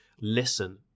listen